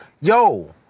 yo